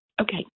Okay